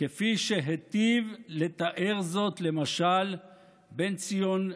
כפי שהיטיב לתאר זאת למשל בן ציון דינור,